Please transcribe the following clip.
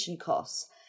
costs